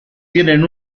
tienen